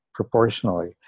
proportionally